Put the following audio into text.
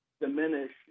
diminish